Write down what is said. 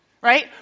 right